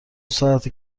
ساعته